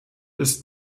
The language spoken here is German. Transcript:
ist